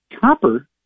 Copper